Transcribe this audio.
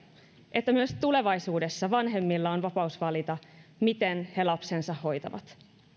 että myös tulevaisuudessa vanhemmilla on vapaus valita miten he lapsensa hoitavat